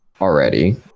already